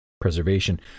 Preservation